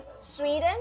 Sweden